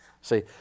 See